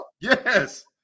Yes